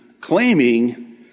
claiming